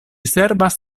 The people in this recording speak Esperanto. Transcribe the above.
servas